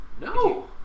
No